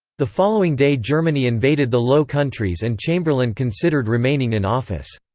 the following day germany invaded the low countries and chamberlain considered remaining in office.